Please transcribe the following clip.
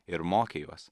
ir mokė juos